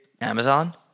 Amazon